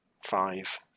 Five